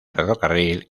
ferrocarril